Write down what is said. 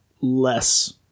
less